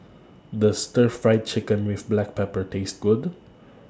Does Stir Fried Chicken with Black Pepper Taste Good